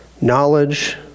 knowledge